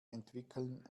entwickeln